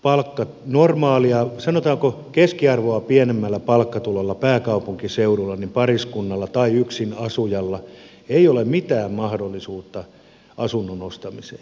sillä tulorakenteella sanotaanko keskiarvoa pienemmällä palkkatulolla pääkaupunkiseudulla pariskunnalla tai yksin asujalla ei ole mitään mahdollisuutta asunnon ostamiseen